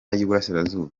y’uburasirazuba